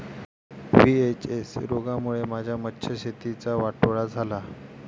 VHS रोगामुळे माझ्या मत्स्यशेतीचा वाटोळा झाला